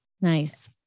Nice